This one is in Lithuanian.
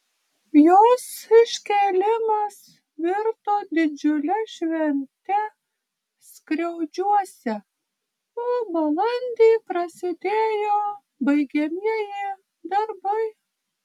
jos iškėlimas virto didžiule švente skriaudžiuose o balandį prasidėjo baigiamieji darbai